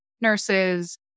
nurses